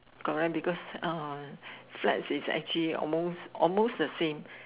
correct because uh flats is actually almost almost the same